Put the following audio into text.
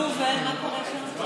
נו, ומה קורה שם?